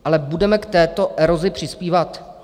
Ale budeme k této erozi přispívat?